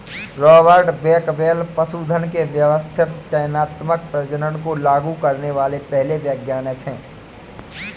Robert Bakewell पशुधन के व्यवस्थित चयनात्मक प्रजनन को लागू करने वाले पहले वैज्ञानिक है